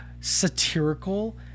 Satirical